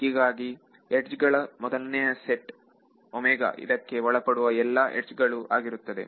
ಹೀಗಾಗಿ ಯಡ್ಜ್ ಗಳ ಮೊದಲನೆಯ ಸೆಟ್ ಇದಕ್ಕೆ ಒಳಪಡುವ ಎಲ್ಲಾ ಯಡ್ಜ್ ಗಳು ಆಗಿರುತ್ತದೆ